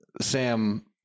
Sam